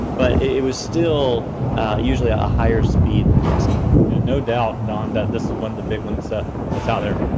but it was still usually a higher speed than dsl. and no doubt, don, that this is one the big ones that's out there.